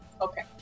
Okay